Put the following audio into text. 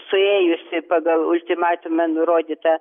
suėjusi pagal ultimatume nurodytą